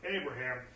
Abraham